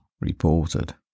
reported